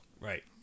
Right